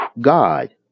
God